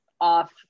off